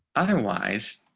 otherwise,